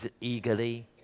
eagerly